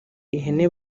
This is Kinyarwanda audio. ihene